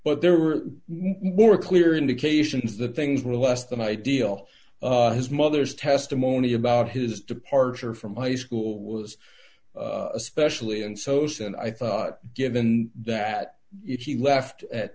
but there were more clear indications that things were less than ideal his mother's testimony about his departure from high school was especially and sews and i thought given that he left at